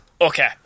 Okay